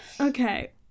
Okay